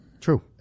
True